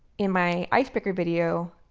in my icebreaker video,